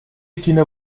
kinder